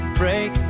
break